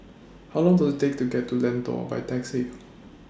How Long Does IT Take to get to Lentor By Taxi